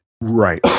Right